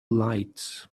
lights